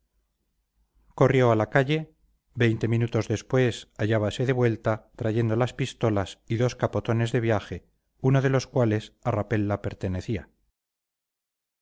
corrió a la calle veinte minutos después hallábase de vuelta trayendo las pistolas y dos capotones de viaje uno de los cuales a rapella pertenecía